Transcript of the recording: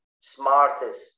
smartest